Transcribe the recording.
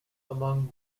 among